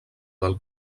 del